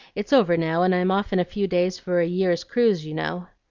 it's over now, and i'm off in a few days for a year's cruise, you know.